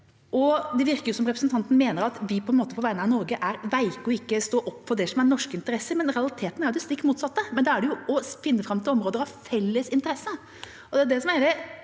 Det virker som representanten mener at vi på en måte på vegne av Norge er veike og ikke står opp for det som er norske interesser, men realiteten er det stikk motsatte. Da gjelder det jo å finne fram til områder av felles interesse.